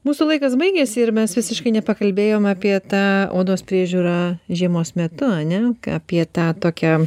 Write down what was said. mūsų laikas baigėsi ir mes visiškai nepakalbėjom apie tą odos priežiūrą žiemos metu ane apie tą tokią